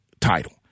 title